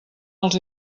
els